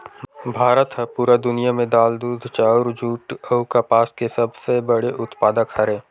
भारत हा पूरा दुनिया में दाल, दूध, चाउर, जुट अउ कपास के सबसे बड़े उत्पादक हरे